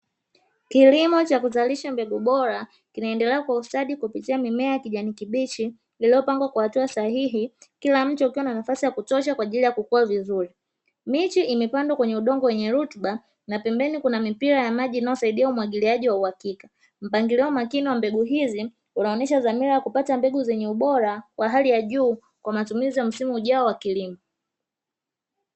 Kilimo cha kuzalisha mbegu bora, kinaendelea kwa ustadi kupitia mimea ya kijani kibichi iliyopangwa kwa hatua sahihi, kila mche ukiwa na nafasi ya kutosha kwa ajili ya kukua vizuri. Miche imepangwa kwenye udongo wenye rutuba na pembeni kuna mipira ya maji inayosaidia umwagiliaji wa uhakika. Mpangilio makini wa mbegu hizi unaonesha dhamira ya kupata mbegu zenye ubora wa hali ya juu kwa matumizi ya msimu ujao wa kilimo.